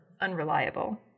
unreliable